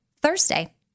Thursday